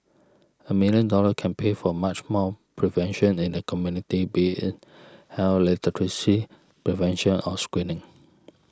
a million dollars can pay for much more prevention in the community be in health literacy prevention or screening